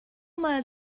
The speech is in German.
mal